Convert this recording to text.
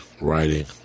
writing